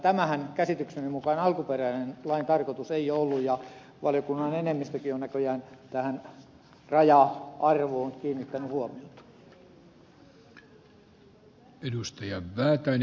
tämähän käsitykseni mukaan lain alkuperäinen tarkoitus ei ollut ja valiokunnan enemmistökin on näköjään tähän raja arvoon kiinnittänyt huomiota